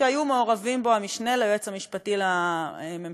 שהיו מעורבים בו המשנה ליועץ המשפטי לממשלה,